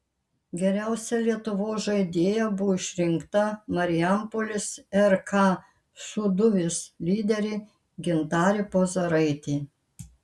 geriausia lietuvos žaidėja buvo išrinkta marijampolės rk sūduvis lyderė gintarė puzaraitė